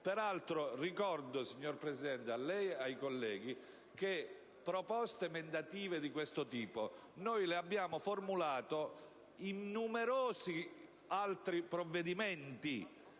Peraltro, signor Presidente, ricordo a lei e ai colleghi che proposte emendative di questo tipo noi le abbiamo formulate in numerosi altri provvedimenti,